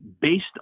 based